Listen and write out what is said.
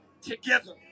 together